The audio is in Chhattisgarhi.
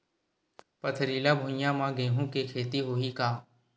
पथरिला भुइयां म गेहूं के खेती होही का?